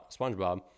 SpongeBob